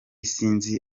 sinzi